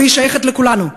והיא שייכת לכולנו.